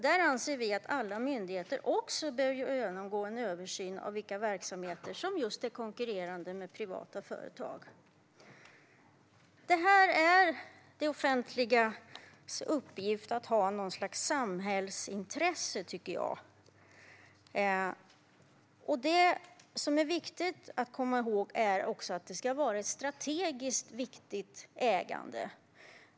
Där anser vi att alla myndigheter också bör göra en översyn av vilka verksamheter som just är konkurrerande med privata företag. Det är det offentligas uppgift att ha något slags samhällsintresse, tycker jag. Det är viktigt att komma ihåg att det ska vara ett strategiskt viktigt ägande.